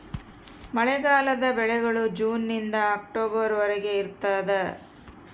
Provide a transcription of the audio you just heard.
ಮಳೆಗಾಲದ ಬೆಳೆಗಳು ಜೂನ್ ನಿಂದ ಅಕ್ಟೊಬರ್ ವರೆಗೆ ಇರ್ತಾದ